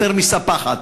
יותר מספחת.